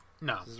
No